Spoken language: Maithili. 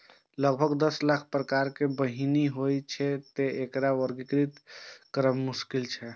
लगभग दस लाख प्रकारक बीहनि होइ छै, तें एकरा वर्गीकृत करब मोश्किल छै